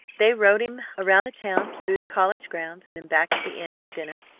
they rode him around the town, through the college grounds, and then back to the inn for dinner.